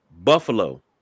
Buffalo